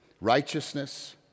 righteousness